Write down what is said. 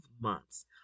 months